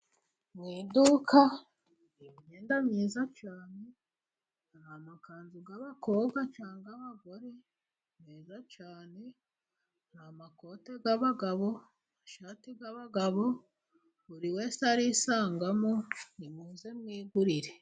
Mu iduka nyenda myiza cyane. Hari amakanzu y'abakobwa cyangwa y'abagore meza cyane. Hari amakote y'abagabo n'ashati y'abagabo, buri wese arisanga. Nimuze mwigurire.